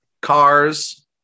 Cars